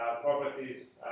properties